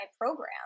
program